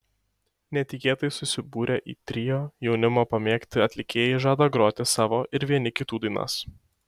netikėtai susibūrę į trio jaunimo pamėgti atlikėjai žada groti savo ir vieni kitų dainas